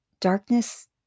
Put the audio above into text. darkness